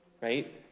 right